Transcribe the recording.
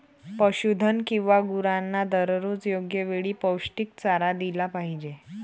पशुधन किंवा गुरांना दररोज योग्य वेळी पौष्टिक चारा दिला पाहिजे